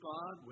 God